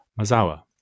Mazawa